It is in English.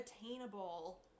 attainable